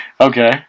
Okay